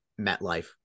MetLife